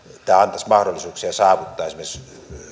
tämä antaisi mahdollisuuksia saavuttaa esimerkiksi